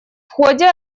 ходе